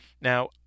Now